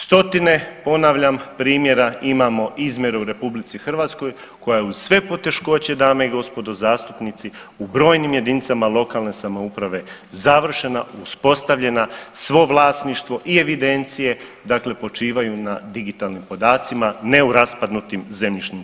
Stotine ponavljam primjera imamo izmjera u Republici Hrvatskoj koja je uz sve poteškoće dame i gospodo zastupnici u brojnim jedinicama lokalne samouprave završena, uspostavljena svo vlasništvo i evidencije, dakle počivaju na digitalnim podacima, ne u raspadnutim zemljišnim knjigama.